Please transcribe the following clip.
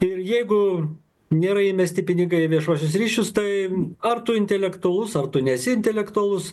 ir jeigu nėra įmesti pinigai į viešuosius ryšius tai ar tu intelektualus ar tu nesi intelektualus